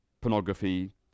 pornography